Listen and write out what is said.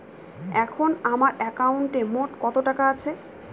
এখন আমার একাউন্টে মোট কত টাকা আছে?